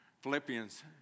Philippians